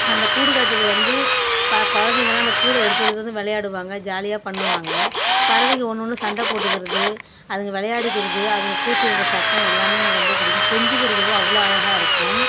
அந்த கூடு கட்டுறது வந்து ப குழந்தைங்ளாம் அந்த கூடை எடுத்துகிட்டு வந்து விளையாடுவாங்க ஜாலியாக பண்ணுவாங்க பறவைங்க ஒன்று ஒன்று சண்டை போட்டுக்கிறது அதுங்க விளையாடிகிறது அதுங்க கூச்சல் இடுகிற சத்தம் எல்லாமே எனக்கு ரொம்ப பிடிக்கும் கொஞ்சிக்கிறதோ அவளோ அழகாக இருக்கும்